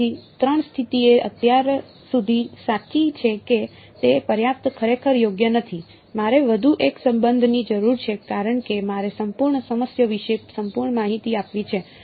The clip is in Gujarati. તેથી ત્રણ સ્થિતિઓ અત્યાર સુધી સાચી છે કે તે પર્યાપ્ત ખરેખર યોગ્ય નથી મારે વધુ એક સંબંધની જરૂર છે કારણ કે મારે સંપૂર્ણ સમસ્યા વિશે સંપૂર્ણ માહિતી આપવી છે